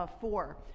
four